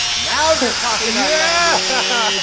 now you're talking our yeah